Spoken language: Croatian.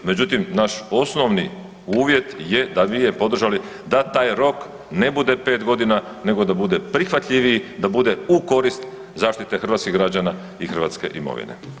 Međutim, naš osnovni uvjet je da bi je podržali da taj rok ne bude 5 godina, nego da bude prihvatljiviji, da bude u korist zaštite hrvatskih građana i hrvatske imovine.